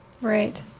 Right